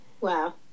Wow